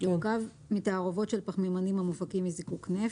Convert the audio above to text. יורכב מתערובות של פחמימנים המופקים מזיקוק נפט,